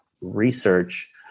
research